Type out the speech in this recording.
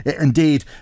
Indeed